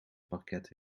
parket